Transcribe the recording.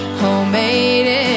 homemade